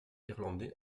irlandais